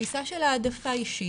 תפיסה של העדפה אישית,